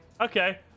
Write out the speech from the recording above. Okay